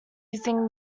using